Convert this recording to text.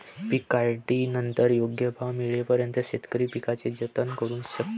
पीक काढणीनंतर योग्य भाव मिळेपर्यंत शेतकरी पिकाचे जतन करू शकतील